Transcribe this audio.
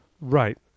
Right